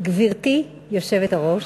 גברתי היושבת-ראש,